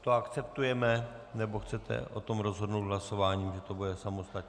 To akceptujeme, nebo chcete o tom rozhodnout hlasováním, že to bude samostatně?